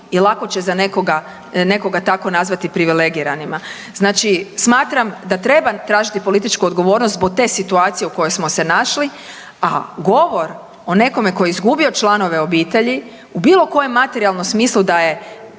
i lako će za nekoga tako nazvati privilegiranima. Znači smatram da treba tražiti političku odgovornost zbog te situacije u kojoj smo se našli, a govor o nekom tko je izgubio članove obitelji u bilo kojem materijalnom smislu da je